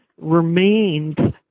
remained